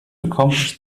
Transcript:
accomplish